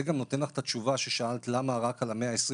זה גם נותן לך את התשובה ששאלת למה רק על ה-125%,